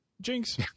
Jinx